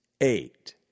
eight